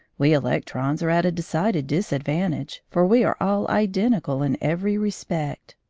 we electrons are at a decided disadvantage, for we are all identical in every respect.